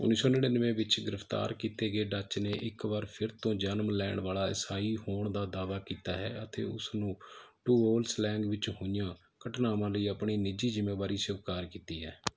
ਉੱਨੀ ਸੌ ਨੜਿਨਵੇਂ ਵਿੱਚ ਗ੍ਰਿਫਤਾਰ ਕੀਤੇ ਗਏ ਡੱਚ ਨੇ ਇੱਕ ਵਾਰ ਫਿਰ ਤੋਂ ਜਨਮ ਲੈਣ ਵਾਲਾ ਈਸਾਈ ਹੋਣ ਦਾ ਦਾਅਵਾ ਕੀਤਾ ਹੈ ਅਤੇ ਉਸ ਨੇ ਟੂਓਲ ਸਲੈਂਗ ਵਿੱਚ ਹੋਈਆਂ ਘਟਨਾਵਾਂ ਲਈ ਆਪਣੀ ਨਿੱਜੀ ਜ਼ਿੰਮੇਵਾਰੀ ਸਵੀਕਾਰ ਕੀਤੀ ਹੈ